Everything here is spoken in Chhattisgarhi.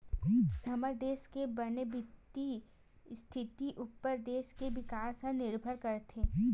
हमर देस के बने बित्तीय इस्थिति उप्पर देस के बिकास ह निरभर करथे